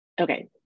okay